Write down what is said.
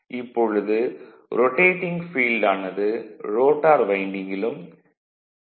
இப்பொழுது ரொடேடிங் ஃபீல்டானது ரோட்டார் வைண்டிங்கிலும் ஈ